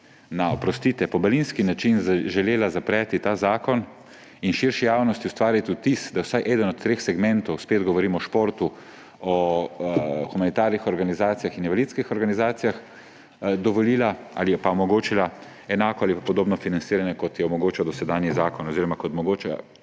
na, oprostite, pobalinski način želela zapreti ta zakon in v širši javnosti ustvariti vtis, da je vsaj enemu od treh segmentov, spet govorim o športu, o humanitarnih organizacijah in invalidskih organizacijah, dovolila ali pa omogočila enako ali podobno financiranje, kot ga omogoča obstoječi zakon. To je skregano